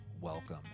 welcome